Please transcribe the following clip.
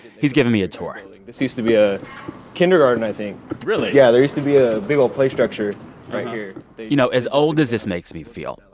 he's giving me a tour this used to be a kindergarten, i think really? yeah. there used to be a big, old play structure right here you know, as old as this makes me feel,